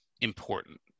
important